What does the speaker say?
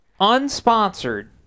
unsponsored